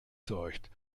zeugt